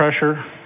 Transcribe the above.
pressure